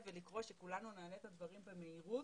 ולקרוא שכולנו נעלה את הדברים במהירות,